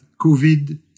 covid